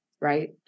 Right